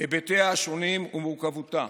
היבטיה השונים ומורכבותה,